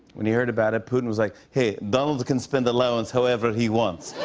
when he heard about it, putin was like, hey, donald can spend allowance however he wants.